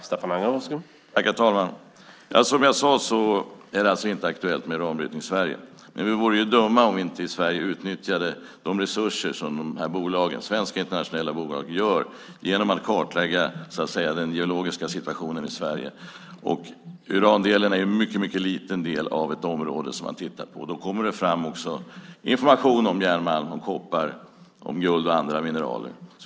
Herr talman! Som jag sade är det alltså inte aktuellt med uranbrytning i Sverige. Vi vore dock dumma om vi inte utnyttjade de resurser som dessa svenska och internationella bolag ger oss genom att kartlägga den geologiska situationen i Sverige. Urandelen är en mycket liten del av det område man tittar på. Det kommer också fram information om järnmalm, koppar, guld och andra mineraler.